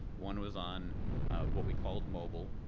one was on what we called mobile.